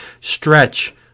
stretch